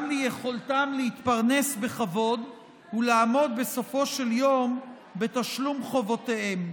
גם ליכולתם להתפרנס בכבוד ולעמוד בסופו של יום בתשלום חובותיהם.